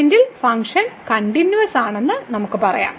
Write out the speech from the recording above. x0 y0 പോയിന്റിൽ function കണ്ടിന്യൂവസ്സാ ണെന്ന് നമുക്ക് പറയാം